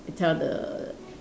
tell the